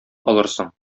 алырсың